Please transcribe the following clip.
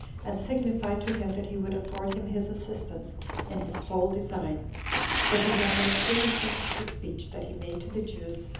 and signify to him that he would afford him his assistance in his whole design for he had no sooner finished the speech that he made to the jews,